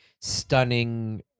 stunning